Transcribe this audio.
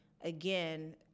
again